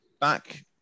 back